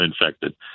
infected